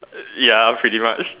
ya pretty much